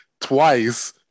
twice